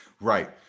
Right